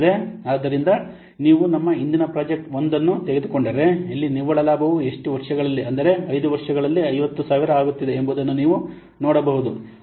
ಆದ್ದರಿಂದ ನೀವು ನಮ್ಮ ಹಿಂದಿನ ಪ್ರಾಜೆಕ್ಟ್ 1 ಅನ್ನು ತೆಗೆದುಕೊಂಡರೆ ಇಲ್ಲಿ ನಿವ್ವಳ ಲಾಭವು ಎಷ್ಟು ವರ್ಷಗಳಲ್ಲಿ ಅಂದರೆ 5 ವರ್ಷಗಳಲ್ಲಿ 50000 ಆಗುತ್ತಿದೆ ಎಂಬುದನ್ನು ನೀವು ನೋಡಬಹುದು